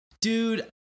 dude